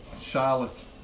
Charlotte